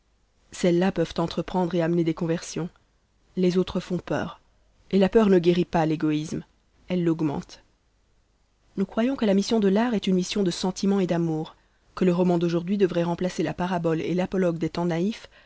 celles-là peuvent entreprendre et amener des conversions les autres font peur et la peur ne guérit pas l'égoïsme elle l'augmente nous croyons que la mission de l'art est une mission de sentiment et d'amour que le roman d'aujourd'hui devrait remplacer la parabole et l'apologue des temps naïfs